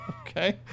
Okay